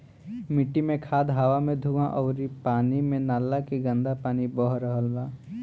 मिट्टी मे खाद, हवा मे धुवां अउरी पानी मे नाला के गन्दा पानी बह रहल बा